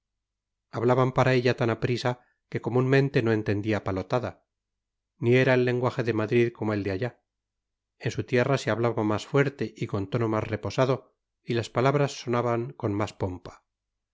hablaban para ella tan aprisa que comúnmente no entendía palotada ni era el lenguaje de madrid como el de allá en su tierra se hablaba más fuerte y con tono más reposado y las palabras sonaban con más pompa